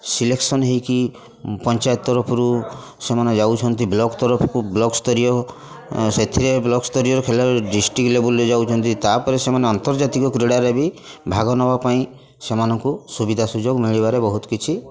selection ହେଇକି ପଞ୍ଚାୟତ ତରଫରୁ ସେମାନେ ଯାଉଛନ୍ତି ବ୍ଲକ୍ ସ୍ତରକୁ ବ୍ଲକ୍ ସ୍ତରୀୟ ସେଥିରେ ବ୍ଲକ୍ ସ୍ତରୀୟ ଖେଳିଲା ବେଳେ ଡିଷ୍ଟ୍ରିକ୍ଟ ଲେବୁଲ୍ରେ ଯାଉଛନ୍ତି ତା'ପରେ ସେମାନେ ଆନ୍ତର୍ଜାତୀୟ କ୍ରୀଡ଼ାରେ ବି ଭାଗ ନେବା ପାଇଁ ସେମାନଙ୍କୁ ସୁବିଧା ସୁଯୋଗ ମିଳିବାରେ ବହୁତ କିଛି